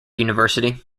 university